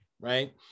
right